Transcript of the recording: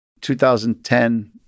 2010